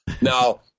now